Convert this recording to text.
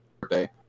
birthday